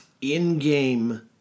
in-game